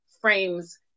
frames